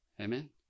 Amen